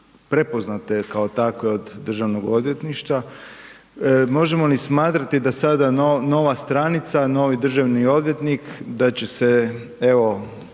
prepoznate kao takve od državnog odvjetništva, možemo li smatrati da sada nova stranica, novi državni odvjetnik, da će se, evo,